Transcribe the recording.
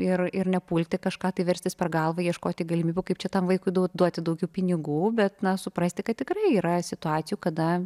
ir ir nepulti kažką tą verstis per galvą ieškoti galimybių kaip čia tam vaikui daug duoti daugiau pinigų bet na suprasti kad tikrai yra situacijų kada